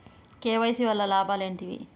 KYC వల్ల లాభాలు ఏంటివి?